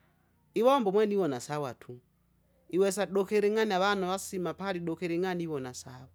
iwomba umwene ivona sawa tu, iwesa adukiling'ania avanu avasima pala iduking'ania iwona sawa